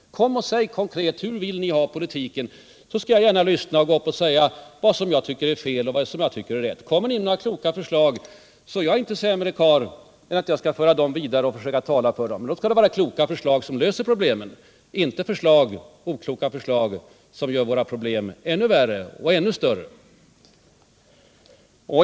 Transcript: Kom och säg konkret hur ni vill ha politiken, så skall jag gärna lyssna och gå upp och säga vad jag tycker är fel och vad jag tycker är rätt! Kommer ni med kloka förslag är jag inte sämre karl än att jag skall föra dem vidare och försöka tala för dem. Men då skall det vara kloka förslag som löser problemen, inte okloka förslag som gör våra problem ännu värre och ännu större.